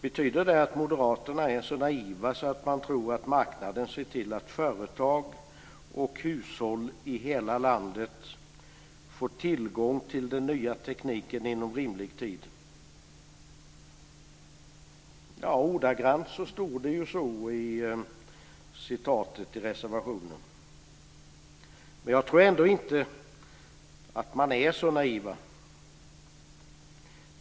Betyder det att moderaterna är så naiva att de tror att marknaden ser till att företag och hushåll i hela landet får tillgång till den nya tekniken inom rimlig tid? Så står det i reservationen. Jag tror ändå inte att de är så naiva.